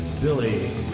Billy